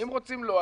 אם רוצים לא,